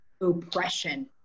oppression